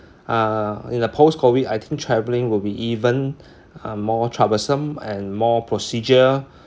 uh in the post COVID I think travelling will be even uh more troublesome and more procedure